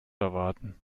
erwarten